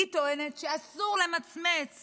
היא טוענת שאסור למצמץ